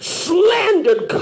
slandered